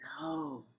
No